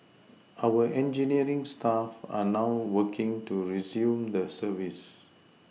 our engineering staff are now working to resume the service